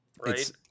Right